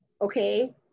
Okay